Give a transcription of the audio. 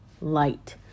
light